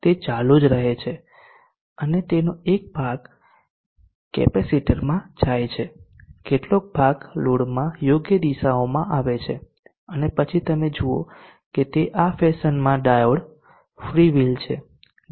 તે ચાલુ j રહે છે અને તેનો એક ભાગ કેપેસિટરમાં જાય છે કેટલોક ભાગ લોડમાં યોગ્ય દિશાઓમાં આવે છે અને પછી તમે જુઓ કે તે આ ફેશનમાં ડાયોડ ફ્રીવીલ છે ડાયોડ હવે ઓન છે